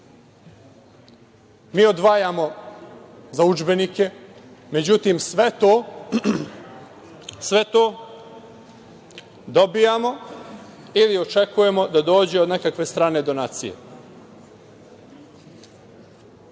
mi odvajamo za udžbenike. Međutim, sve to dobijamo ili očekujemo da dođe od nekakve strane donacije. Vi